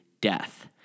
death